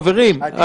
חברים,